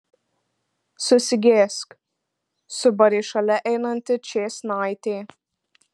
susigėsk subarė šalia einanti ščėsnaitė